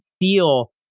feel